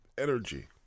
Energy